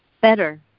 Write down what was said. better